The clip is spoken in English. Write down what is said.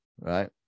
right